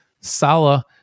Salah